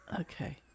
Okay